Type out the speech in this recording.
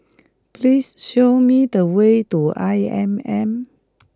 please show me the way to I M M